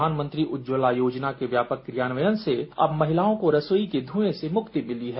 प्रधानमंत्री उज्जवला योजना के व्यापक कार्यान्वयन से अब महिलाओं को रसोई के धुंए से मुक्ति मिली है